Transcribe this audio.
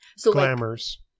Glamours